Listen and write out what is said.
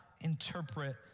interpret